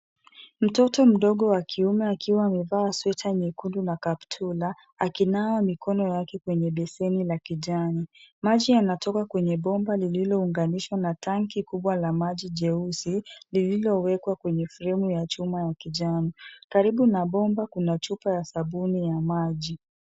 Mtoto mdogo wa kiume akiwa amevaa sweta nyekundu na kaptula, akinawa mikono yake kwenye beseni la kijani. Maji yanatoka kwenye bomba lililounganishwa na tanki kubwa la maji jeusi, lililowekwa kwenye sehemu ya chuma ya kijani. Karibu na bomba kuna chupa ya sabuni ya maji.